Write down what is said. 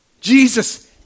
Jesus